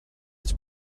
its